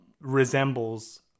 resembles